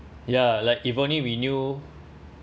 ya like if only we knew